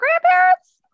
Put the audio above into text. grandparents